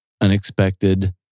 unexpected